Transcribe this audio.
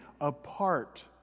apart